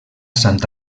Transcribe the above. sant